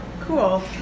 cool